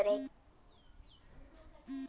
संगणकीय वित्त कम्प्यूटर साइंसेर एक शाखा मानाल जा छेक